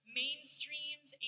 mainstreams